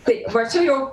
taip va čia jau